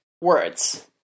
words